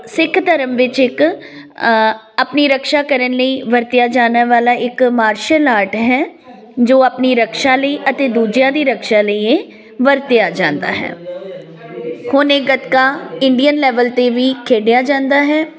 ਸਿੱਖ ਧਰਮ ਵਿੱਚ ਇੱਕ ਆਪਣੀ ਰਕਸ਼ਾ ਕਰਨ ਲਈ ਵਰਤਿਆ ਜਾਣ ਵਾਲਾ ਇੱਕ ਮਾਰਸ਼ਲ ਆਰਟ ਹੈ ਜੋ ਆਪਣੀ ਰਕਸ਼ਾ ਲਈ ਅਤੇ ਦੂਜਿਆਂ ਦੀ ਰਕਸ਼ਾ ਲਈ ਇਹ ਵਰਤਿਆ ਜਾਂਦਾ ਹੈ ਹੁਣ ਇਹ ਗੱਕਤਾ ਇੰਡੀਅਨ ਲੈਵਲ 'ਤੇ ਵੀ ਖੇਡਿਆ ਜਾਂਦਾ ਹੈ